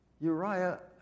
Uriah